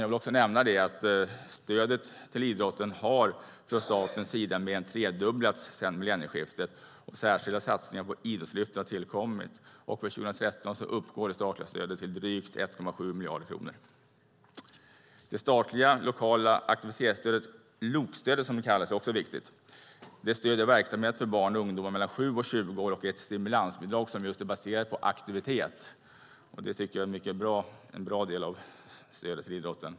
Jag vill också nämna att statens stöd till idrotten har mer än tredubblats sedan millennieskiftet, och särskilda satsningar som Idrottslyftet har tillkommit. För 2013 uppgår det statliga stödet till drygt 1,7 miljarder kronor. Det statliga lokala aktivitetsstödet, LOK-stödet, är också viktigt. Det stöder verksamhet för barn och ungdomar mellan 7 och 20 år och är ett stimulansbidrag som är baserat just på aktivitet. Jag tycker att det är ett bra stöd till idrotten.